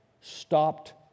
stopped